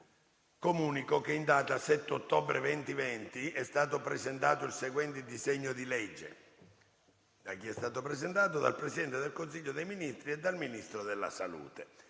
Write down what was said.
Comunico che in data 7 ottobre 2020 è stato presentato il seguente disegno di legge: dal Presidente del Consiglio dei ministri e dal Ministro della salute: